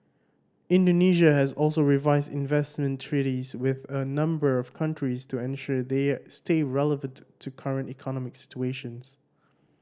Indonesia has also revised investment treaties with a number of countries to ensure they stay relevant to current economic situations